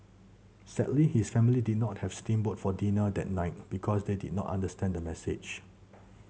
sadly his family did not have steam boat for dinner that night because they did not understand the message